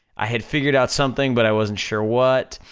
i had figured out something, but i wasn't sure what,